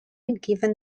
given